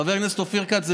חבר הכנסת אופיר כץ,